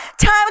Time